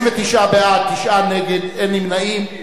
39 בעד, תשעה נגד, אין נמנעים.